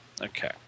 okay